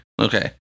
Okay